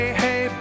hey